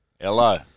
Hello